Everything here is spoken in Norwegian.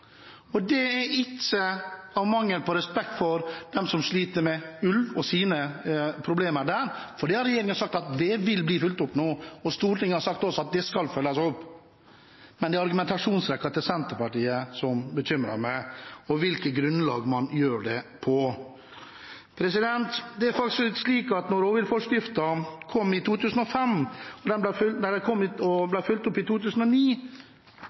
og det er ikke av mangel på respekt for dem som sliter med ulv og deres problemer – det har regjeringen sagt vil bli fulgt opp nå, og Stortinget har også sagt at det skal følges opp – men det er argumentasjonsrekken til Senterpartiet som bekymrer meg, og på hvilket grunnlag man gjør det. Det er faktisk slik at da rovviltforskriften kom i 2005, som ble fulgt opp i 2009